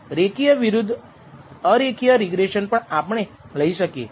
રેખીય વિરુદ્ધ અરેખીય રિગ્રેસન પણ આપણે લઈ શકીએ